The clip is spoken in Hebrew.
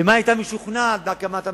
ומה הוא היה משוכנע בהקמת המדינה.